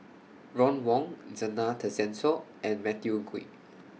Ron Wong Zena Tessensohn and Matthew Ngui